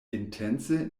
intence